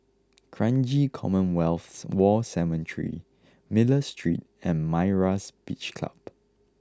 Kranji Commonwealth War Cemetery Miller Street and Myra's Beach Club